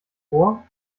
vor